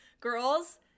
girls